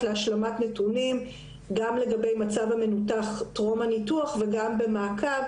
להשלמת נתונים - גם לגבי מצב המנותח טרום הניתוח וגם במעקב.